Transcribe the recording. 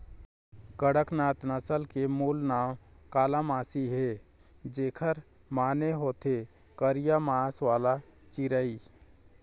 कड़कनाथ नसल के मूल नांव कालामासी हे, जेखर माने होथे करिया मांस वाला चिरई